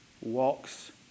walks